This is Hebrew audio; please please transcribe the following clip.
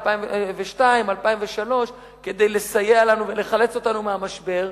2003 כדי לסייע לנו ולחלץ אותנו מהמשבר,